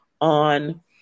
on